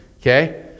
Okay